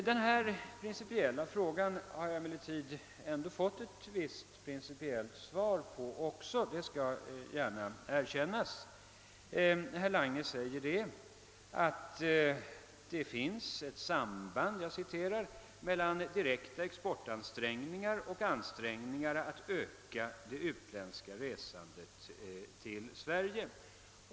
Denna principiella fråga har jag emellertid fått ett visst principiellt svar på — det skall gärna erkännas. Herr Lange säger att han finner »ett samband mellan de direkta exportansträngningarna och ansträngningarna att öka det utländska resandet till Sverige».